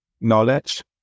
knowledge